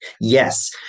Yes